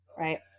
Right